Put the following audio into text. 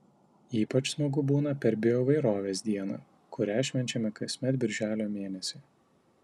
ypač smagu būna per bioįvairovės dieną kurią švenčiame kasmet birželio mėnesį